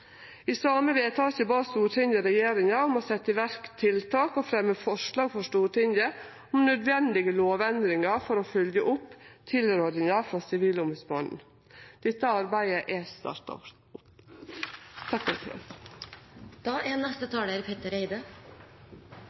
I det same vedtaket bad Stortinget regjeringa om å setje i verk tiltak og fremje forslag for Stortinget om nødvendige lovendringar for å følgje opp tilrådinga frå Sivilombodsmannen. Dette arbeidet er starta opp. Det er